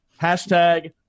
Hashtag